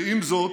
ועם זאת,